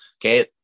Okay